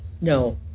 No